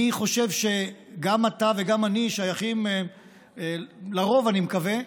אני חושב שגם אתה וגם אני שייכים לרוב, אני מקווה,